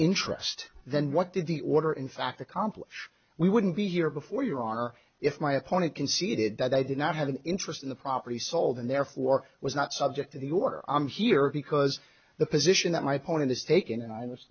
interest then what did the order in fact accomplish we wouldn't be here before your honor if my opponent conceded that i did not have an interest in the property sold and therefore was not subject to the order i'm here because the position that my opponent has taken and i was